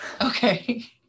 Okay